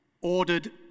ordered